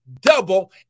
double